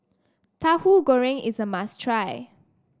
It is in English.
Tahu Goreng is a must try